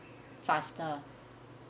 faster